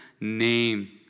name